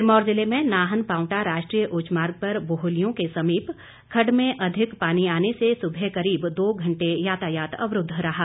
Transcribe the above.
सिरमौर जिले में नाहन पावंटा राष्ट्रीय उच्च मार्ग पर बोहलियों के समीप खड्ड में अधिक पानी आने से सुबह करीब दो घंटे यातायात अवरूद्व रहा